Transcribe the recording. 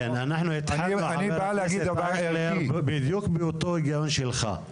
כן, אנחנו התחלנו בדיוק באותו הגיון שלך,